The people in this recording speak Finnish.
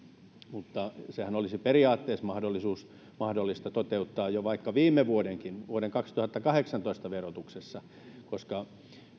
mutta sehän olisi periaatteessa mahdollista toteuttaa vaikka jo viime vuodenkin vuoden kaksituhattakahdeksantoista verotuksessa koska